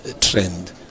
trend